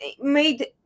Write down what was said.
made